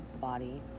body